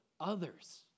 others